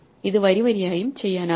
ഇത് വരി വരിയായും ചെയ്യാനാകും